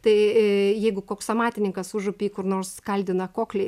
tai jeigu koks amatininkas užupy kur nors kaldina koklį